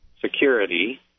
security